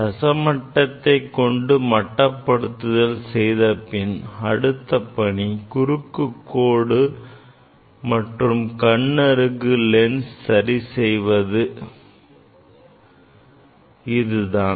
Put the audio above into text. ரச மட்டத்தை கொண்டு மட்டப்படுத்துதல் செய்தபின் அடுத்த பணி குறுக்குக் கோடு மற்றும் கண்ணருகு லென்ஸ் சரி செய்வது தான்